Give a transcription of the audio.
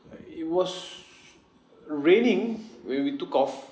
it was raining when we took off